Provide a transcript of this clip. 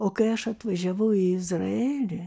o kai aš atvažiavau į izraelį